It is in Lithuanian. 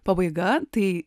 pabaiga tai